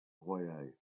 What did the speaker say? royal